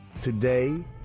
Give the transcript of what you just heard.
today